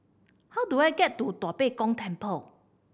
how do I get to Tua Pek Kong Temple